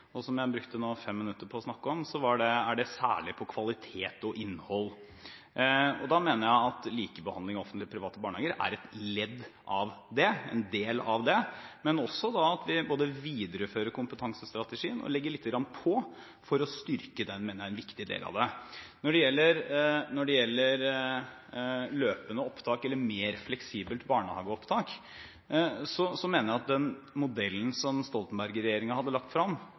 tid. Som jeg nå brukte fem minutter på å snakke om, gjelder det særlig kvalitet og innhold. Jeg mener at likebehandling av offentlige og private barnehager er et ledd i det, og en del av det, men også at vi både viderefører kompetansestrategien og legger litt på, for å styrke det vi mener er en viktig del av det. Når det gjelder løpende opptak, eller mer fleksibelt barnehageopptak, mener jeg at den modellen som Stoltenberg-regjeringen hadde lagt